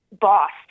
Boss